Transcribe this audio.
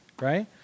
right